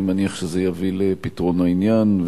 אני מניח שזה יביא לפתרון העניין,